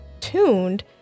tuned